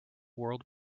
world